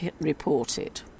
reported